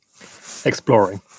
Exploring